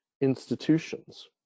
institutions